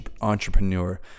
entrepreneur